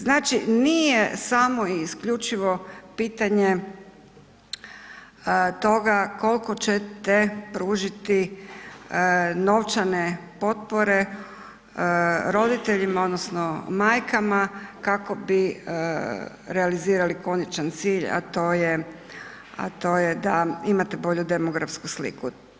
Znači nije samo i isključivo pitanje toga koliko ćete pružiti novčane potpore roditeljima odnosno majkama kako bi realizirati konačan cilj, a to je da imate bolju demografsku sliku.